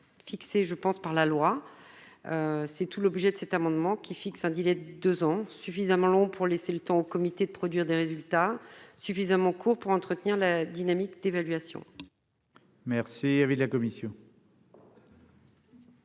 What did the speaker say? fixée, je pense, par la loi, c'est tout l'objet de cet amendement, qui fixe un délai de 2 ans suffisamment long pour laisser le temps au comité de produire des résultats suffisamment court pour entretenir la dynamique d'évaluation. Merci, avis de la commission.